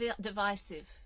divisive